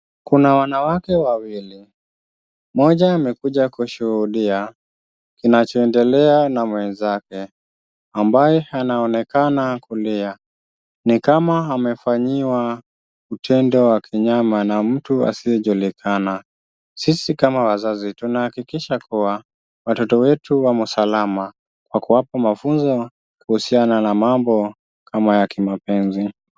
Kuna wanawake wawili, mmoja amekuja kushuhudia kinachoendekea na mwenzake ambaye anaonekana kulia ni kama amefanyiwa kitendo wa kinyama na mtu asiyejulikana sisi kama wazazi tunahakikisha kuwa watoto wetu wako salama kwa kuwaba mafunzo kuhusiana na mambo kama ya kimapenzi